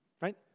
right